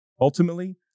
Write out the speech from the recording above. ultimately